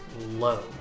low